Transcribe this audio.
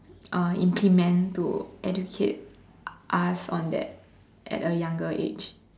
uh implement to educate us on that at a younger age